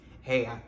Hey